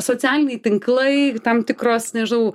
socialiniai tinklai tam tikros nežinau